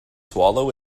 swallow